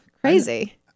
crazy